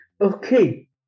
Okay